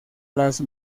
las